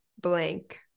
blank